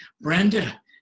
Brenda